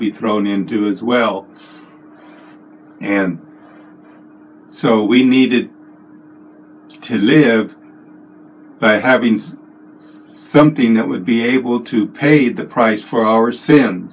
be thrown into as well and so we needed to live by having something that would be able to pay the price for our